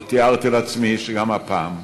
לא תיארתי לעצמי שגם הפעם,